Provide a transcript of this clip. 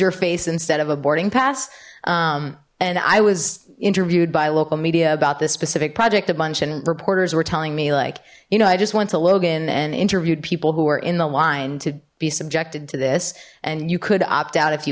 your face instead of a boarding pass and i was interviewed by local media about this specific project a bunch and reporters were telling me like you know i just went to logan and interviewed people who were in the line to be subjected to this and you could opt out if